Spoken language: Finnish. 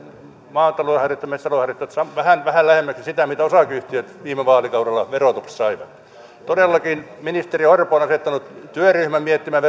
maatalouden harjoittamisen metsätalouden harjoittamisen vähän lähemmäksi sitä mitä osakeyhtiöt viime vaalikaudella verotuksessa saivat todellakin ministeri orpo on asettanut työryhmän miettimään